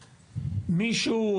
מישהו,